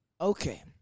Okay